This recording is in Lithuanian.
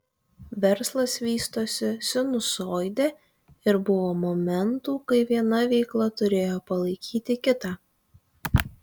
verslas vystosi sinusoide ir buvo momentų kai viena veikla turėjo palaikyti kitą